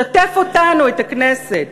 שתף אותנו, את הכנסת.